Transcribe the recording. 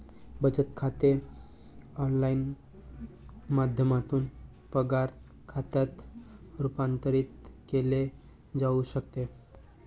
बचत खाते ऑनलाइन माध्यमातून पगार खात्यात रूपांतरित केले जाऊ शकते